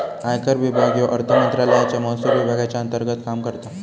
आयकर विभाग ह्यो अर्थमंत्रालयाच्या महसुल विभागाच्या अंतर्गत काम करता